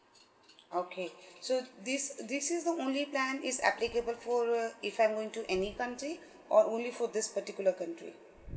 okay so this this is the only plan it's applicable for uh if I'm going to any country or only for this particular country